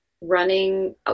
running